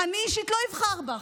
אני אישית לא אבחר בך,